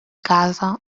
casa